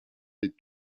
des